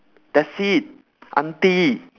that's it aunty